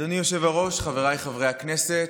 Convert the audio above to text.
אדוני היושב-ראש, חבריי חברי הכנסת,